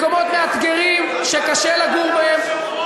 מקומות מאתגרים, שקשה לגור בהם, יהודה ושומרון.